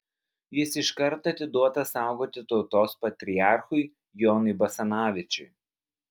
jis iškart atiduotas saugoti tautos patriarchui jonui basanavičiui